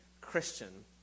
Christian